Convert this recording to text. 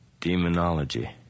Demonology